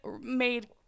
made